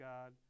God